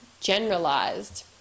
generalized